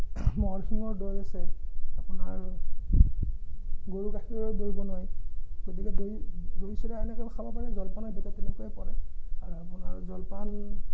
ম'হৰ শিঙৰ দৈ আছে আপোনাৰ গৰু গাখীৰৰ দৈ বনায় গতিকে দৈ দৈ চিৰা এনেকৈও খাব পাৰে জলপানৰ ভিতৰত তেনেকুৱাই পৰে আৰু আপোনাৰ জলপান